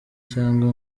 cyangwa